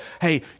Hey